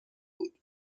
بود